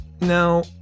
Now